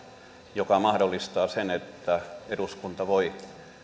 joka mahdollistaa sen että eduskunta voi